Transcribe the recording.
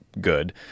good